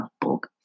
book